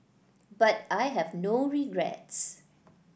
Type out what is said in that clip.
but I have no regrets